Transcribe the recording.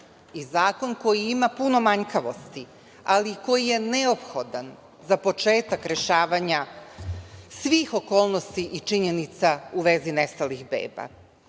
i zakon koji ima puno manjkavosti, ali koji je neophodan za početak rešavanja svih okolnosti i činjenica u vezi nestalih